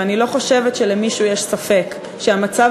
אני לא חושבת שלמישהו יש ספק שהמצב